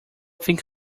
think